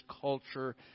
culture